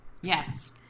yes